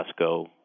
Costco